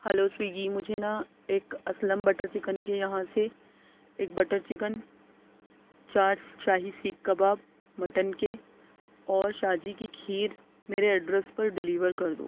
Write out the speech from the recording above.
hello Swiggy مجھے نا ایک اسلم بٹر چکن کے یہاں سے ایک بٹر چکن چار سس شاہی سیخ کباب مٹن کے اور شاہ جی کی کھیر میرے ایڈریس پر ڈیلیور کر دو